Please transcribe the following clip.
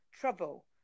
trouble